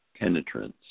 penetrance